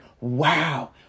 wow